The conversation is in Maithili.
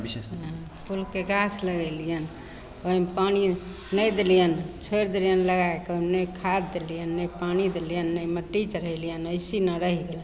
फूलके गाछ लगेलिअनि ओहिमे पानी नहि देलिअनि छोड़ि देलिअनि लगैके हम नहि खाद देलिअनि नहि पानी देलिअनि नहि मट्टी चढ़ेलिअनि एहिसिना रहि गेलनि